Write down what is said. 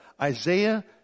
Isaiah